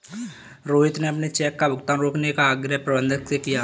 रोहित ने अपने चेक का भुगतान रोकने का आग्रह प्रबंधक से किया है